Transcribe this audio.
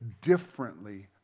differently